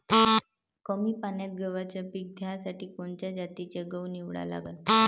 कमी पान्यात गव्हाचं पीक घ्यासाठी कोनच्या जातीचा गहू निवडा लागन?